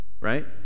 right